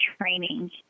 training